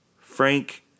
Frank